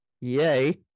Yay